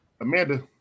Amanda